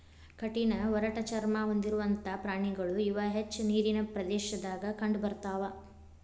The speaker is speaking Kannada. ಕಠಿಣ ಒರಟ ಚರ್ಮಾ ಹೊಂದಿರುವಂತಾ ಪ್ರಾಣಿಗಳು ಇವ ಹೆಚ್ಚ ನೇರಿನ ಪ್ರದೇಶದಾಗ ಕಂಡಬರತಾವ